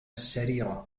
السرير